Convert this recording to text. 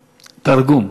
תרגום.